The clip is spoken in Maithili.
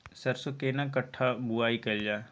सरसो केना कट्ठा बुआई कैल जाय?